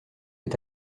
est